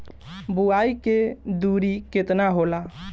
बुआई के दूरी केतना होला?